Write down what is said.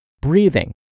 breathing